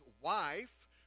wife